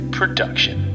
production